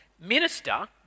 minister